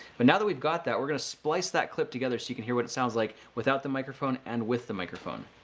but now that we've got that, we're going splice that clip together, so, you can hear what it sounds like without the microphone and with the microphone.